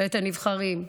בית הנבחרים,